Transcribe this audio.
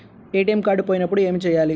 ATM card పోయినప్పుడు ఏమి చేయాలి?